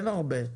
אין הרבה,